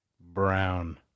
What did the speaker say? Brown